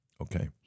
Okay